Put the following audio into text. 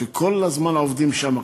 כי כל הזמן עובדים שם,